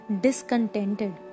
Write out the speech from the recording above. discontented